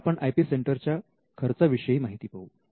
आता आपण I P centre च्या खर्चा विषयी माहिती पाहू